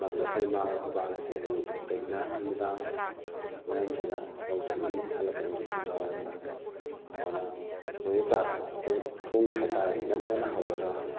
ꯃꯔꯝꯗꯤ ꯑꯩꯈꯣꯏ ꯏꯃꯥꯒ ꯑꯩꯈꯣꯏ ꯕꯥꯒꯁꯤ ꯑꯌꯨꯛꯇꯒꯤꯅ ꯅꯨꯃꯤꯗꯥꯡ ꯋꯥꯏꯔꯝꯁꯤꯗ ꯂꯧ ꯆꯠꯂꯨꯅꯤ ꯍꯜꯂꯛꯀꯅꯤ ꯅꯨꯃꯤꯗꯥꯡ ꯋꯥꯏꯔꯝꯗ ꯑꯗꯨꯅ ꯃꯣꯏꯅ ꯆꯥꯛ ꯊꯣꯡꯒꯦ ꯍꯥꯏꯇꯥꯔꯒꯗꯤ ꯉꯟꯅ ꯉꯟꯅ ꯍꯧꯔꯒ